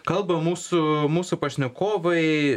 kalba mūsų mūsų pašnekovai